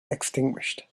extinguished